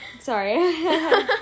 Sorry